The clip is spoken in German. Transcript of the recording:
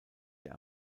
der